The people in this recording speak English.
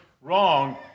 wrong